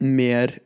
mer